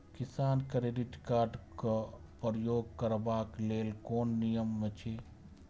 किसान credit card क प्रयोग करबाक लेल कोन नियम अछि?